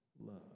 love